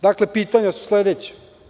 Dakle, pitanja su sledeća.